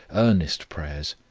earnest prayers,